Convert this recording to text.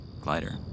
glider